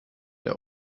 der